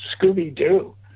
Scooby-Doo